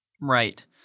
Right